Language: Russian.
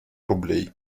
рублей